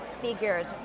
figures